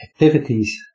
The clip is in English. activities